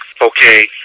Okay